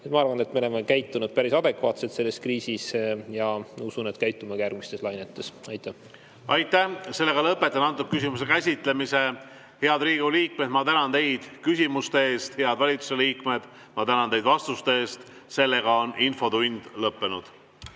Ma arvan, et me oleme käitunud päris adekvaatselt selles kriisis, ja usun, et käitume ka järgmistes lainetes. Aitäh! Lõpetan selle küsimuse käsitlemise. Head Riigikogu liikmed, ma tänan teid küsimuste eest, ja head valitsuse liikmed, ma tänan teid vastuste eest. Infotund on lõppenud.